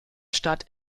stadt